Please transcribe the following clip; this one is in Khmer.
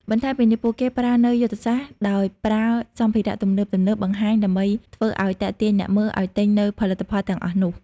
បន្ថែមពីនេះពួកគេប្រើនៅយុទ្ធសាស្រ្តដោយប្រើសម្ភារៈទំនើបៗបង្ហាញដើម្បីធ្វើឲ្យទាក់ទាញអ្នកមើលឲ្យទិញនៅផលិតផលទាំងអស់នោះ។